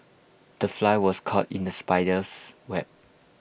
the fly was caught in the spider's web